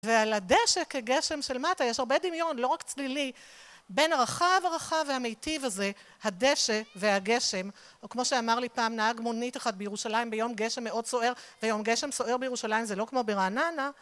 ועל הדשא כגשם של מטה יש הרבה דמיון לא רק צלילי בין הרחב הרחב והמיטיב הזה הדשא והגשם, או כמו שאמר לי פעם נהג מונית אחת בירושלים, ביום גשם מאוד סוער, ויום גשם סוער בירושלים זה לא כמו ברעננה,